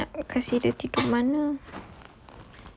tapi nak kasih dia tidur mana